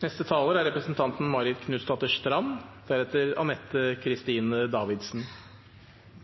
er ingen tvil om at Fremskrittspartiet og Senterpartiet ser ganske ulikt på tingenes tilstand. Målet er